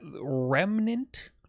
Remnant